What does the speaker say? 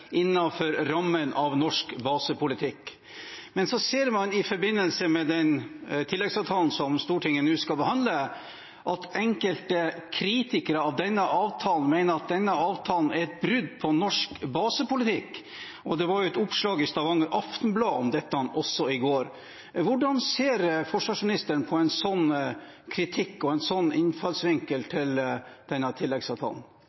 rammen av norsk basepolitikk. Men så ser man i forbindelse med den tilleggsavtalen som Stortinget nå skal behandle, at enkelte kritikere av denne avtalen mener at den er et brudd på norsk basepolitikk. Det var også et oppslag i Stavanger Aftenblad om dette i går. Hvordan ser forsvarsministeren på en slik kritikk og en slik innfallsvinkel til denne tilleggsavtalen?